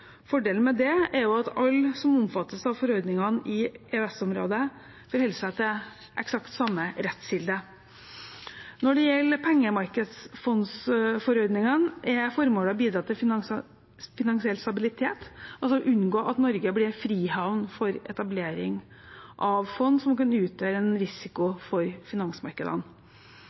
Fordelen med det er at alle som omfattes av forordningene i EØS-området, forholder seg til eksakt samme rettskilde. Når det gjelder pengemarkedsfondforordningene, er formålet å bidra til finansiell stabilitet, altså å unngå at Norge blir en frihavn for etablering av fond som kan utgjøre en risiko for finansmarkedene.